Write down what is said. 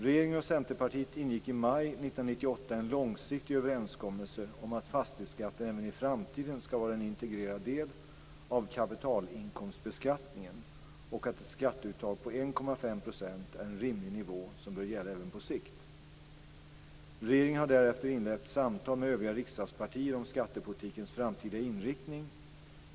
Regeringen och Centerpartiet ingick i maj 1998 en långsiktig överenskommelse om att fastighetsskatten även i framtiden skall vara en integrerad del av kapitalinkomstbeskattningen och att ett skatteuttag på 1,5 % är en rimlig nivå som bör gälla även på sikt. Regeringen har därefter inlett samtal med övriga riksdagspartier om skattepolitikens framtida inriktning.